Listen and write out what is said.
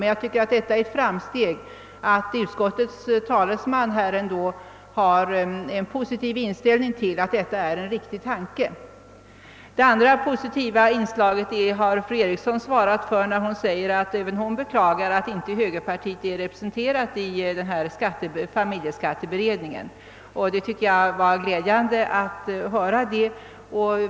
Det är dock ett framsteg att utskottets talesman anser att tanken är riktig. Det andra positiva inslaget har fru Eriksson i Stockholm svarat för. Hon beklagar nämligen att högerpartiet inte är representerat i familjeskatteberedningen. Jag tycker det är glädjande att höra detta.